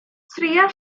trïa